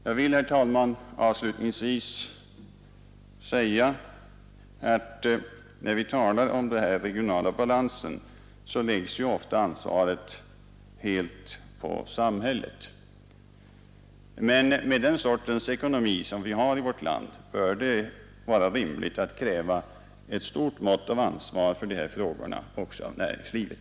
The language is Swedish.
Jag vill, herr talman, avslutningsvis säga att när vi talar om den regionala balansen läggs ofta hela ansvaret på samhället. Men med den sorts ekonomi som vi har i vårt land bör det vara rimligt att kräva ett stort mått av ansvar för dessa frågor också av näringslivet.